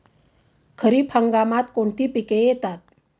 खरीप हंगामात कोणती पिके येतात?